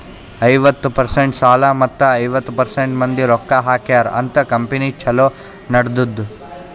ಐವತ್ತ ಪರ್ಸೆಂಟ್ ಸಾಲ ಮತ್ತ ಐವತ್ತ ಪರ್ಸೆಂಟ್ ಮಂದಿ ರೊಕ್ಕಾ ಹಾಕ್ಯಾರ ಅಂತ್ ಕಂಪನಿ ಛಲೋ ನಡದ್ದುದ್